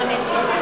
כולם.